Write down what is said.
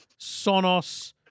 Sonos